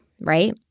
right